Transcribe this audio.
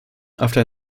after